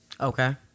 Okay